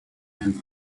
and